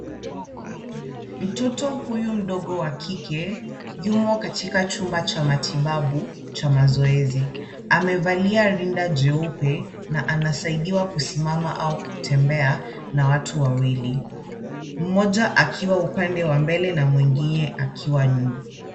Mtoto huyu mdogo wa kike yumo katika chumba cha matibabu cha mazoezi. Amevalia rinda jeupe na anasaidiwa kusimama au kutembea na watu wawili, mmoja akiwa upande wa mbele na mwingine akiwa nyuma.